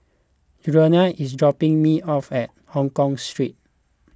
Julianne is dropping me off at Hongkong Street